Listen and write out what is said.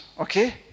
okay